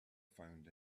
found